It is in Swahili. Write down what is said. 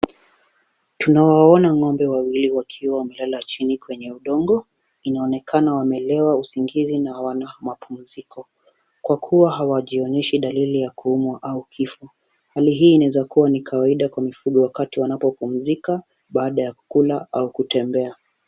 Tunawaona ng'ombe wawili wakiwa wamelala chini kwenye udongo. Inaonekana wamelewa usingizi na wana mapumziko. Kwa kuwa hawajionyeshi dalili ya kuumwa au kifo. Hali hii inaweza kuwa ni kawaida kwa mifugo wakati wanapopumzika baada ya kukula au kutembea.